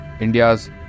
India's